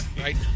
Right